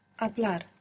hablar